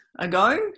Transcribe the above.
ago